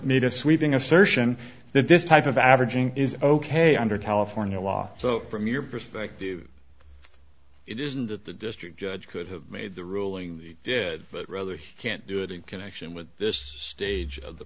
made a sweeping assertion that this type of averaging is ok under california law so from your perspective it isn't that the district judge could have made the ruling he did but rather he can't do it in connection with this stage of the